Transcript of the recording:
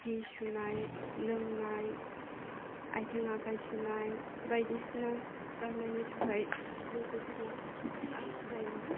जि सुनाय लोंनाय आइथिं आखाइ सुनाय बायदिसिना गारनायनि थाखाय दैखौ जोंनो हाजासे नांगौ जायो